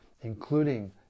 including